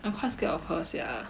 I'm quite scared of her sia